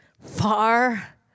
far